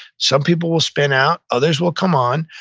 some people will spin out, others will come on.